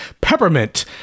Peppermint